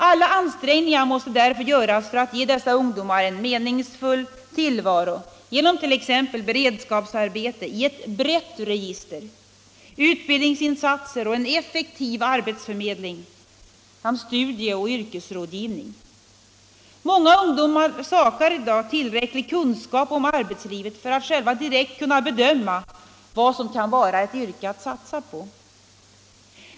Alla ansträngningar måste därför göras för att ge dessa ungdomar en meningsfull tillvaro genom t.ex. beredskapsarbete i ett brett register, utbildningsinsatser och en effektiv arbetsförmedling samt studieoch yrkesrådgivning. Många ungdomar saknar i dag tillräcklig kunskap om arbetslivet för att själva direkt kunna bedöma vad som kan vara ett yrke att satsa på.